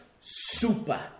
Super